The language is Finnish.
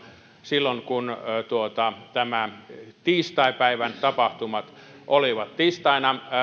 silloin kun nämä tiistaipäivän tapahtuvat olivat tiistaina